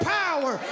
power